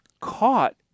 caught